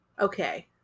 Okay